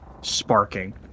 sparking